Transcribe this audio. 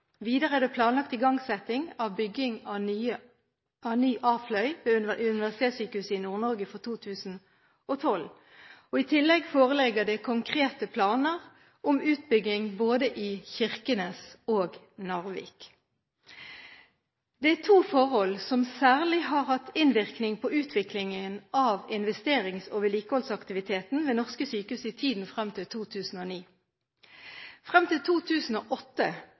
Videre er det planlagt igangsetting av bygging av ny A-fløy ved Universitetssykehuset Nord Norge for 2012. I tillegg foreligger det konkrete planer om utbygging både i Kirkenes og i Narvik. Det er to forhold som særlig har hatt innvirkning på utviklingen av investerings- og vedlikeholdsaktiviteten ved norske sykehus i tiden fram til 2009: Fram til 2008